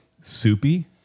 soupy